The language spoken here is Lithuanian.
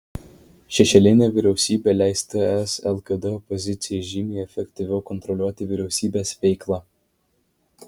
šešėlinė vyriausybė leis ts lkd opozicijai žymiai efektyviau kontroliuoti vyriausybės veiklą